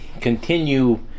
continue